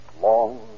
Long